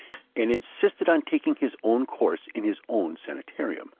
and insisted on taking his own course in his own sanitarium.